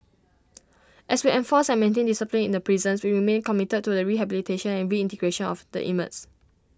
as we enforced and maintained discipline in the prisons we remain committed to the rehabilitation and reintegration of the inmates